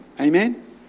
Amen